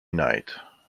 night